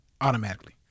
automatically